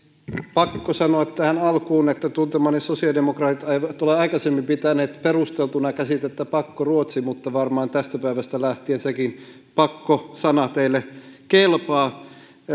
pakko sanoa tähän alkuun että tuntemani sosiaalidemokraatit eivät ole aikaisemmin pitäneet perusteltuna käsitettä pakkoruotsi mutta varmaan tästä päivästä lähtien sekin pakko sana teille kelpaa